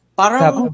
parang